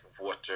water